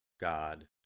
God